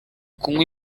kunywa